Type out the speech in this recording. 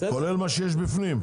כולל מה שיש בפנים?